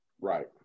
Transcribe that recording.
Right